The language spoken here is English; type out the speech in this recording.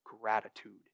gratitude